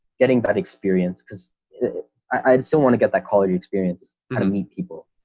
getting that experience because i'd still want to get that college experience, how to meet people